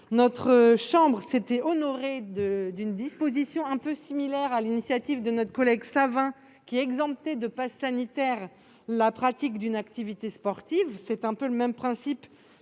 notre assemblée s'était honorée d'adopter une disposition similaire, sur l'initiative de notre collègue Savin, exemptant de passe sanitaire la pratique d'une activité sportive. C'est un peu le même principe